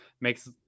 makes